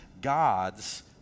God's